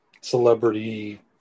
celebrity